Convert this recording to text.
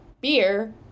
beer